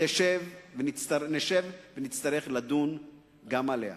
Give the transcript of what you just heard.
נשב ונצטרך לדון גם עליה.